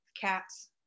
Cats